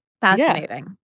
Fascinating